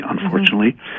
unfortunately